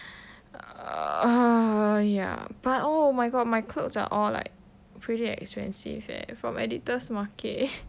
err ya but oh my god my clothes are all like pretty expensive eh from editor's market